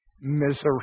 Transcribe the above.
misery